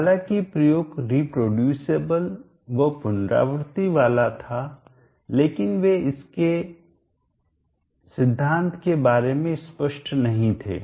हालांकि प्रयोग रीप्रोड्यूसएबल कई बार बनाए जा सकने वाला व पुनरावृति वाला था लेकिन वे इसके सिद्धांत के बारे में स्पष्ट नहीं थे